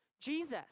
Jesus